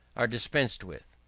are dispensed with.